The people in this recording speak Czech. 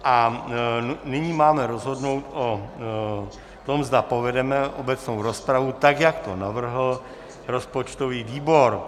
A nyní máme rozhodnout o tom, zda povedeme obecnou rozpravu, tak jak to navrhl rozpočtový výbor.